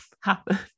happen